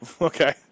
okay